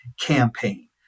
campaign